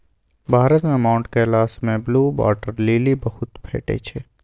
भारत मे माउंट कैलाश मे blue water lily बहुत भेटै छै